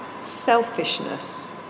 selfishness